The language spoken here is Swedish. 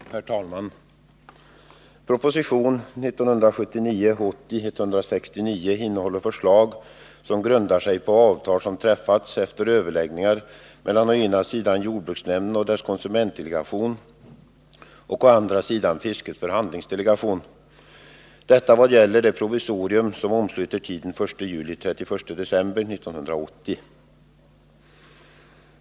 Herr talman! Proposition 1979/80:169 innehåller förslag som grundar sig på avtal som träffats efter överläggningar mellan å ena sidan jordbruksnämnden och dess konsumentdelegation och å andra sidan fiskets förhandlingsdelegation — detta vad gäller det provisorium som omsluter tiden den 1 juli-den 31 december 1980.